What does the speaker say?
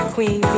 Queen